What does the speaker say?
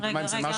זה משהו אחר.